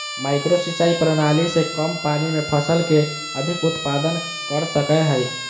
micro सिंचाई प्रणाली से कम पानी में फसल के अधिक उत्पादन कर सकय हइ